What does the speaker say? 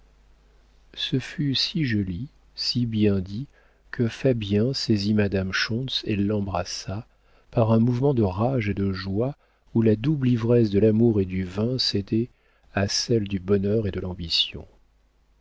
ce fut si joli si bien dit que fabien saisit madame schontz et l'embrassa par un mouvement de rage et de joie où la double ivresse de l'amour et du vin cédait à celle du bonheur et de l'ambition